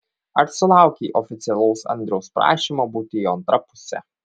ar sulaukei oficialaus andriaus prašymo būti jo antra puse